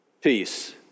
peace